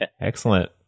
Excellent